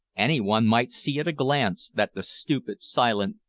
any one might see at a glance that the stupid, silent,